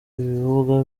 ibibuga